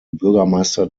bürgermeister